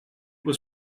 was